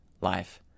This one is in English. life